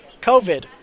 covid